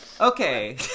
Okay